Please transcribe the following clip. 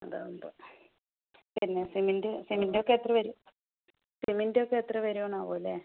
അതാവുമ്പോൾ പിന്നെ സിമെന്റ് സിമെന്റൊക്കെ എത്ര വരും സിമെന്റൊക്കെ എത്ര വരുമോ ആവോ അല്ലെ